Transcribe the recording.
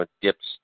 dips